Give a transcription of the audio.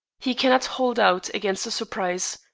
he cannot hold out against a surprise.